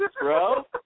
bro